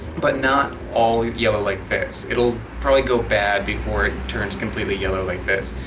but not all yellow like this. it'll probably go bad before it turns completely yellow like this.